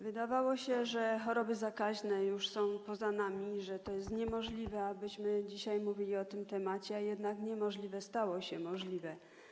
Wydawało się, że choroby zakaźne już są poza nami i że to jest niemożliwe, abyśmy dzisiaj mówili na ten temat, a jednak niemożliwe stało się możliwe.